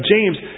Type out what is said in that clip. James